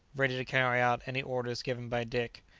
ready to carry out any orders given by dick,